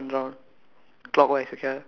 from bottom right corner we go one round